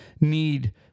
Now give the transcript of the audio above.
need